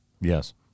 Yes